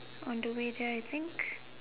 on the way there I think